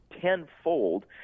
tenfold